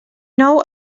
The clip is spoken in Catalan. nou